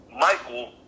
Michael